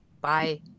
Bye